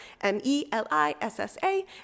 M-E-L-I-S-S-A